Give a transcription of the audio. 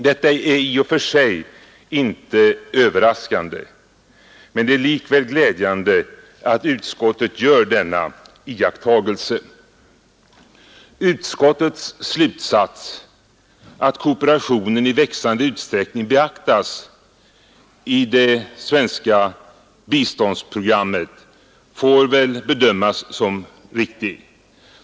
Detta är i och för sig inte överraskande, men det är likväl glädjande att utskottet gör denna iakttagelse. Utskottets slutsats att kooperationen i växande utsträckning beaktas i det svenska biståndsprogrammet får väl bedömas som riktig.